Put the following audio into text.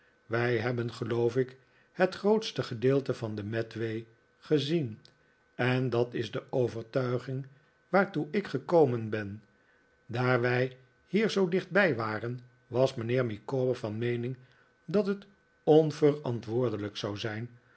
wij hebben geloof ik het grootste gedeelte van de medway gezien en dat is de overtuiging waartoe ik gekomen ben daar wij hier zoo dichtbij waren was mijnheer micawber van meening dat het onverantwoordelijk zou zijn